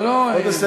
אני מתנצל.